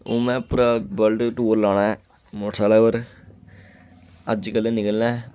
हून में पूरा वर्ल्ड टूर लाना ऐ मोटरसैकलै उप्पर अज्जकलै गी निकलना ऐ